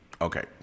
okay